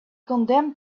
condemned